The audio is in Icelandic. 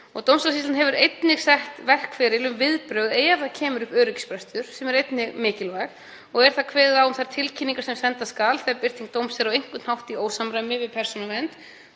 Dómstólasýslan hefur einnig sett verkferli um viðbrögð ef upp kemur öryggisbrestur, sem er einnig mikilvægt, og er kveðið á um þær tilkynningar sem senda skal þegar birting dóms er á einhvern hátt í ósamræmi við persónuvernd